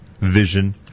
vision